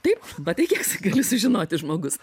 taip matai kieks gali sužinoti žmogus